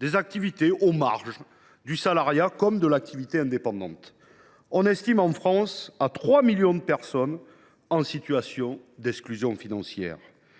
qui exercent des activités aux marges du salariat ou de l’activité indépendante. On estime que, en France, 3 millions de personnes vivent en situation d’exclusion financière.